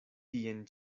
tien